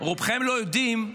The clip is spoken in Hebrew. רובכם לא יודעים,